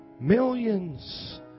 millions